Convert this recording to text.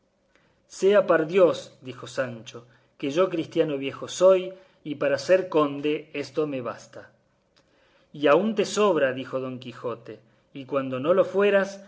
sea par dios dijo sancho que yo cristiano viejo soy y para ser conde esto me basta y aun te sobra dijo don quijote y cuando no lo fueras